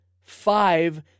five